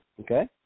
okay